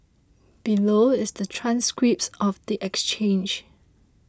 below is the transcripts of the exchange